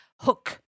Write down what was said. Hook